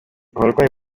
abarwayi